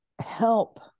help